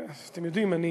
אתם יודעים, אני